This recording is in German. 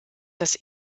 das